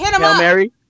Mary